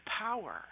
power